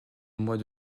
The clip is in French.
mois